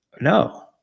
no